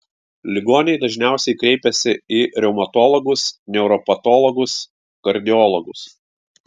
ligoniai dažniausiai kreipiasi į reumatologus neuropatologus kardiologus